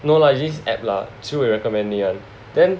no lah just app lah Chiu Wei recommend me [one] then